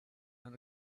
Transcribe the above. not